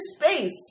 space